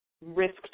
risk